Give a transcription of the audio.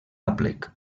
aplec